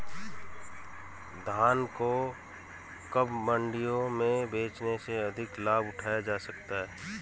धान को कब मंडियों में बेचने से अधिक लाभ उठाया जा सकता है?